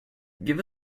give